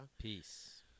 Peace